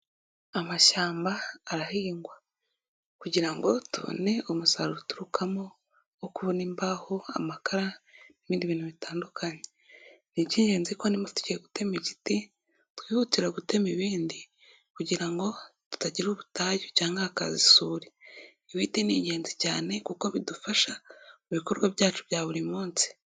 Amashyamba arahingwa kugira ngo tubone umusaruro uturukamo wo kubona imbaho amakara n'ibindi bintu bitandukanye. Ni ik'ingenzi ko tugiye gutema igiti, twihutira gutema ibindi kugira ngo tutagira ubutayu, cyangwa hakaza isuri. Ibiti ni ingenzi cyane kuko bidufasha mu bikorwa byacu bya buri munsi.